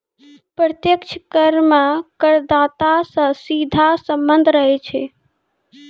प्रत्यक्ष कर मे करदाता सं सीधा सम्बन्ध रहै छै